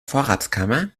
vorratskammer